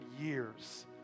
years